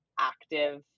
active